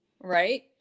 right